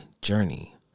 journey